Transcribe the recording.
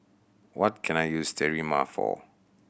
what can I use Sterimar for